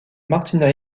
martina